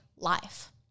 life